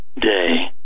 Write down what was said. day